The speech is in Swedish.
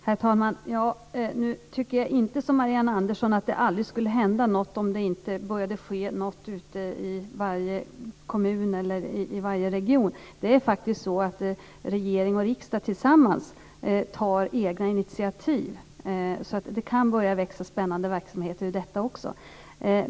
Herr talman! Nu tycker jag inte som Marianne Andersson att det aldrig skulle hända något om det inte skedde saker ute i varje komun eller region. Det är faktiskt så att regering och riksdag tillsammans tar egna initiativ. Det kan börja växa spännande verksamheter ur det också.